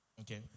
Okay